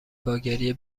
باگریه